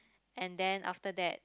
and then after that